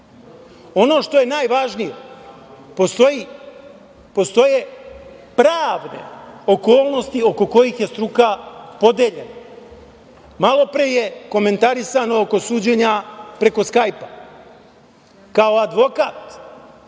što je najvažnije, postoje pravne okolnosti oko koje je struka podeljena. Malopre je komentarisano oko suđenja preko skajpa. Kao advokat,